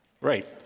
Right